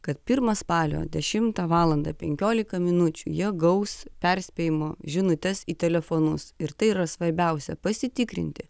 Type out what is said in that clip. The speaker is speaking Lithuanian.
kad pirmą spalio dešimtą valandą penkiolika minučių jie gaus perspėjimo žinutes į telefonus ir tai yra svarbiausia pasitikrinti